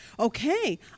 Okay